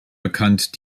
bekannt